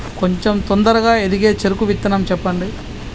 కొంచం తొందరగా ఎదిగే చెరుకు విత్తనం చెప్పండి?